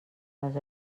les